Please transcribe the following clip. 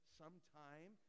sometime